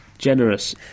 generous